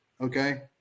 Okay